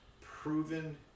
proven